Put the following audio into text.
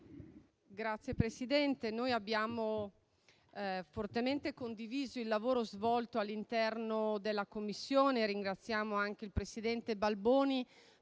Signor Presidente, noi abbiamo fortemente condiviso il lavoro svolto all'interno della Commissione. Ringraziamo anche il presidente Balboni